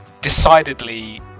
decidedly